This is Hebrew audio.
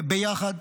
ביחד,